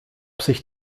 sich